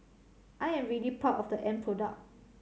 I am really proud of the end product